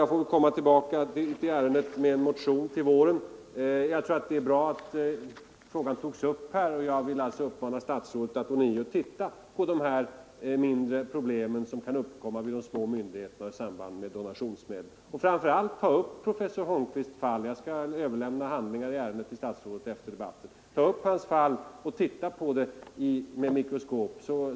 Jag får väl återkomma i ärendet med en motion till våren. Jag tror att det är bra att frågan tagits upp på detta sätt. Jag vill alltså uppmana statsrådet att ånyo titta på dessa mindre problem som kan uppkomma i de små myndigheterna i samband med donationsmedel. Framför allt skulle jag vilja be herr statsrådet att ta upp professor Holmqvists fall — jag skall efter debatten till statsrådet överlämna handlingarna i ärendet — och titta på det genom förstoringsglas.